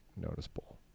noticeable